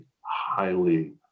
highly